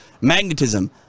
magnetism